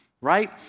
right